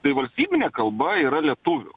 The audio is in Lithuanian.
tai valstybinė kalba yra lietuvių